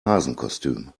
hasenkostüm